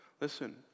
listen